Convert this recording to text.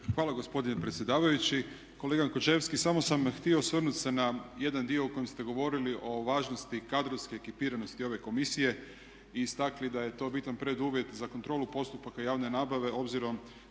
Hvala gospodine predsjedavajući. Kolega Končevski, samo sam htio se osvrnut na jedan dio u kojem ste govorili o važnosti kadrovske ekipiranosti ove Komisije i istakli da je to bitan preduvjet za kontrolu postupaka javne nabave, obzirom